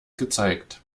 gezeigt